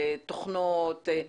תוכנות,